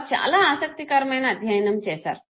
వారు చాలా ఆసక్తికరమైన అధ్యయనం చేసారు